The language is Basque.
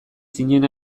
zinen